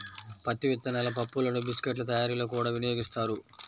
పత్తి విత్తనాల పప్పులను బిస్కెట్ల తయారీలో కూడా వినియోగిస్తారు